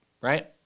right